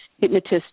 hypnotist